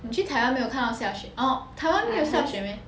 你去台湾没有看到下雪 orh 台湾没有下雪 meh